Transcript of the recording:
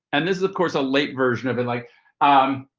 and this is of course a late version of it like um